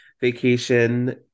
vacation